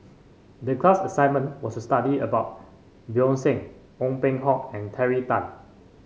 the class assignment was to study about Bjorn Shen Ong Peng Hock and Terry Tan